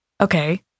Okay